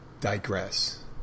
digress